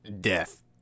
Death